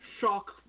shock